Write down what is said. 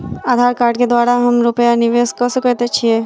आधार कार्ड केँ द्वारा हम रूपया निवेश कऽ सकैत छीयै?